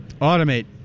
automate